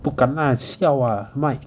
不敢 lah siao ah 卖